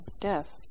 death